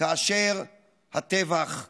כאשר הטבח יחל.